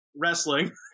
wrestling